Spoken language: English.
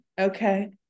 okay